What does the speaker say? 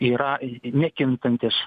yra nekintantis